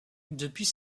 depuis